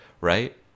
right